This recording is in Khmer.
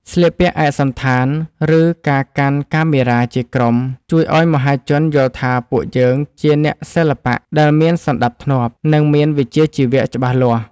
ស្លៀកពាក់ឯកសណ្ឋាន ឬ ការកាន់កាមេរ៉ាជាក្រុមជួយឱ្យមហាជនយល់ថាពួកយើងជាអ្នកសិល្បៈដែលមានសណ្តាប់ធ្នាប់ និង មានវិជ្ជាជីវៈច្បាស់លាស់។